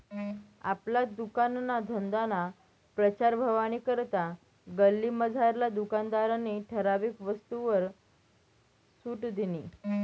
आपला दुकानना धंदाना प्रचार व्हवानी करता गल्लीमझारला दुकानदारनी ठराविक वस्तूसवर सुट दिनी